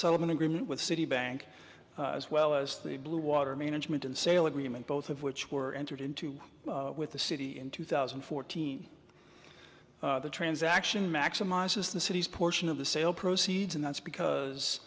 settlement agreement with citibank as well as the blue water management and sale agreement both of which were entered into with the city in two thousand and fourteen the transaction maximizes the city's portion of the sale proceeds and that's because